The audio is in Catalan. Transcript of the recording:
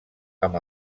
amb